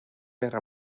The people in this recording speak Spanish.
guerra